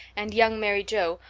and young mary joe,